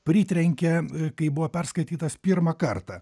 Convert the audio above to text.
pritrenkė kai buvo perskaitytas pirmą kartą